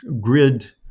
grid